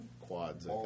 Quads